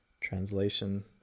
translation